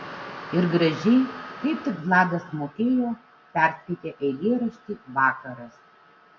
ir gražiai kaip tik vladas mokėjo perskaitė eilėraštį vakaras